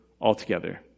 altogether